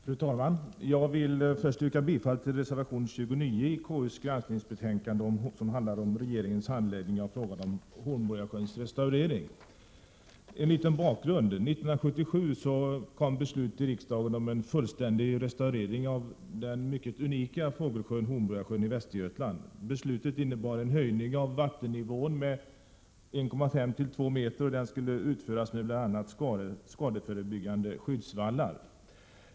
Fru talman! Jag vill först yrka bifall till reservation 29, som handlar om regeringens handläggning av frågan om Hornborgasjöns restaurering. En liten bakgrund. År 1977 fattade riksdagen beslut om en fullständig restaurering av den unika fågelsjön Hornborgasjön i Västergötland. Beslutet innebar höjning av vattennivån med 1,5-2 meter, och den skulle utföras med bl.a. skadeförebyggande skyddsvallar.